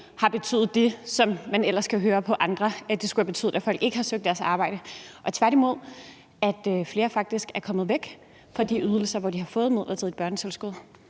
har betydet det, som man ellers kan høre på andre – at det skulle have betydet, at folk ikke har søgt arbejde – men at flere tværtimod faktisk er kommet væk fra de ydelser, hvor de har fået midlertidigt børnetilskud?